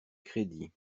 crédit